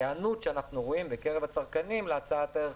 ההיענות שאנחנו רואים בקרב הצרכנים להצעת הערך